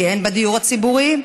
כי אין בדיור הציבורי,